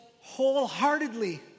wholeheartedly